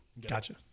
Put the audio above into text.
Gotcha